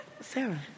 Sarah